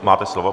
Máte slovo.